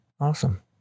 Awesome